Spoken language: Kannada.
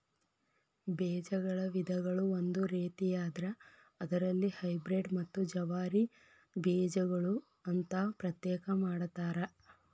ಬೇಜಗಳ ವಿಧಗಳು ಒಂದು ರೇತಿಯಾದ್ರ ಅದರಲ್ಲಿ ಹೈಬ್ರೇಡ್ ಮತ್ತ ಜವಾರಿ ಬೇಜಗಳು ಅಂತಾ ಪ್ರತ್ಯೇಕ ಮಾಡತಾರ